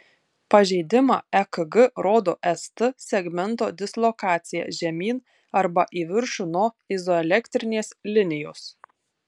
pažeidimą ekg rodo st segmento dislokacija žemyn arba į viršų nuo izoelektrinės linijos